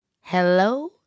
Hello